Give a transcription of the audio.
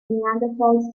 neanderthals